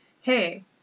hey